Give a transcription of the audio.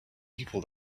people